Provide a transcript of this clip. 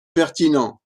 pertinent